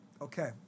Okay